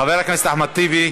חבר הכנסת אחמד טיבי,